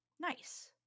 Nice